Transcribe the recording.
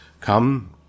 come